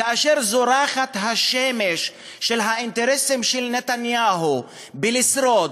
כאשר זורחת השמש של האינטרסים של נתניהו בלשרוד,